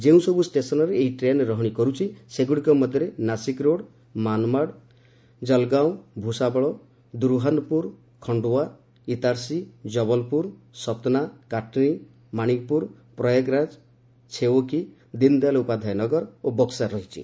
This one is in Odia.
ଯେଉଁସବୁ ଷ୍ଟେସନ୍ରେ ଏହି ଟ୍ରେନ୍ ରହଣି କରୁଛି ସେଗୁଡ଼ିକ ମଧ୍ୟରେ ନାଶିକ୍ ରୋଡ୍ ମାନ୍ମାଡ୍ ଜଲଗାଓଁ ଭୂଷାବଳ ଦୁରହାନ୍ପୁର ଖଣ୍ଡୱା ଇତାର୍ସି ଜବଲପୁର ସତ୍ନା କାଟନୀ ମାଶିକପୁର ପ୍ରୟାଗରାଜ ଛେଓକି ଦିନ୍ଦୟାଲ୍ ଉପାଧ୍ଘାୟ ନଗର ଓ ବକ୍କାର ରହିଛି